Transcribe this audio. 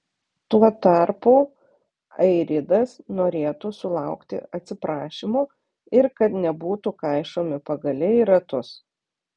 tuo tarpu airidas norėtų sulaukti atsiprašymo ir kad nebūtų kaišomi pagaliai į ratus